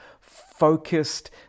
focused